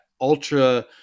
ultra